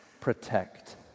protect